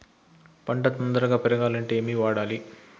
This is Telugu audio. పంట తొందరగా పెరగాలంటే ఏమి వాడాలి?